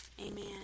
amen